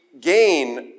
gain